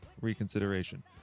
reconsideration